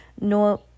No